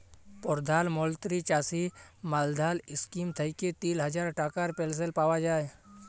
পরধাল মলত্রি চাষী মাল্ধাল ইস্কিম থ্যাইকে তিল হাজার টাকার পেলশল পাউয়া যায়